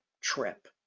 trip